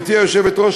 גברתי היושבת-ראש,